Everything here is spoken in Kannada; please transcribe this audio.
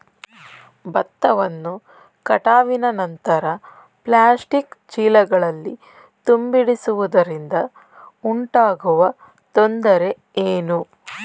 ಭತ್ತವನ್ನು ಕಟಾವಿನ ನಂತರ ಪ್ಲಾಸ್ಟಿಕ್ ಚೀಲಗಳಲ್ಲಿ ತುಂಬಿಸಿಡುವುದರಿಂದ ಉಂಟಾಗುವ ತೊಂದರೆ ಏನು?